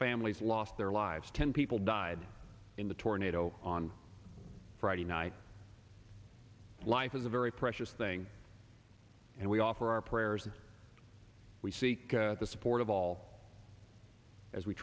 families lost their lives ten people died in the tornado on friday night life is a very precious thing and we offer our prayers and we seek the support of all as we